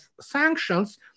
sanctions